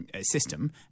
System